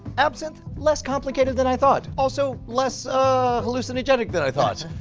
absinthe, less complicated than i thought. also less hallucinogenic than i thought.